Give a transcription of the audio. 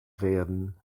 werden